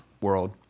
world